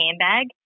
handbag